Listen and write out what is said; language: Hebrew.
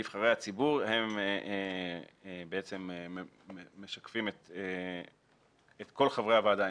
נבחרי הציבור משקפים את כל חברי הוועדה,